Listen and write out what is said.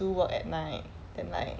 do work at night at night